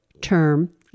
term